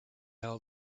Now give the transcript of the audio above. how